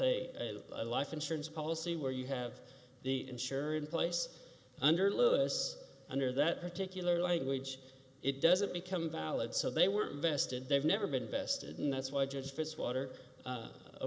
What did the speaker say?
a life insurance policy where you have the insurance place under louis under that particular language it doesn't become valid so they were vested they've never been vested in that's why judge fitzwater